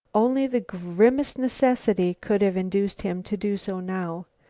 only the grimmest necessity could have induced him to do so now.